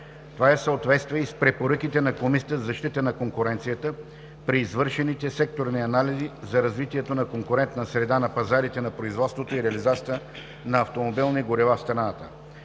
Това е в съответствие и с препоръките на Комисията за защита на конкуренцията при извършените секторни анализи за развитието на конкурентна среда на пазарите, на производството и реализацията на автомобилни горива в страната.